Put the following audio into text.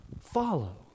follow